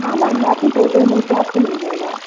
हाँ मैम वो आपकी टोटल बिल से आपको मिल जाएगा